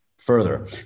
Further